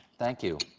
thank you.